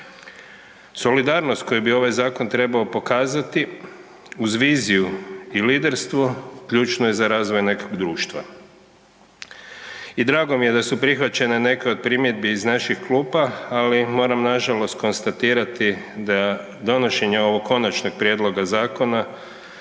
Solidarnost koju bi ovaj zakon trebao pokazati uz viziju i liderstvo ključno je za razvoj nekog društva. I drago mi je da su prihvaćene neke od primjedbe iz naših klupa, ali moram nažalost konstatirati da donošenje ovog konačnog prijedloga zakona